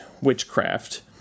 witchcraft